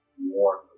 warm